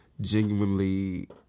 genuinely